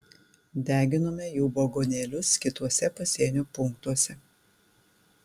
deginome jų vagonėlius kituose pasienio punktuose